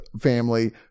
family